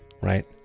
right